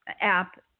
app